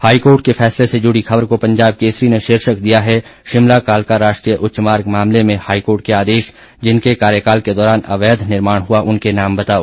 high court के फैसले से जुड़ी खबर को पंजाब केसरी ने शीर्षक दिया है शिमला कालका राष्ट्रीय उच्चमार्ग मामले में हाईकोर्ट के आदेश जिनके कार्यकाल के दौरान अवैध निर्माण हुआ उनके नाम बताओ